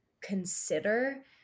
consider